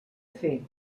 fer